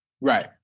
Right